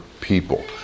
people